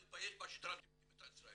אין לי מה להתבייש מה שתרמתי למדינת ישראל.